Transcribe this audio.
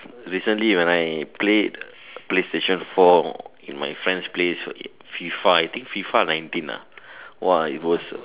recently when I played playstation four in my friend's place F_I_F_A I think F_I_F_A nineteen ah !wah! it was